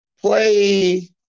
play